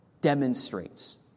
demonstrates